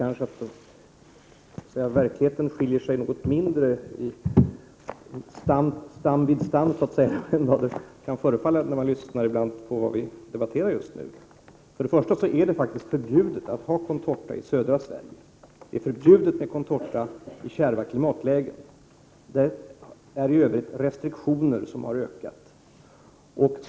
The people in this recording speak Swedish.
Fru talman! Verkligheten skiljer sig något mindre ”stam vid stam” än vad det ibland kan förefalla för den som lyssnar på det som vi just nu debatterar. Det är förbjudet att plantera contorta i södra Sverige och i kärva klimatlägen. Restriktionerna har ökat i omfattning.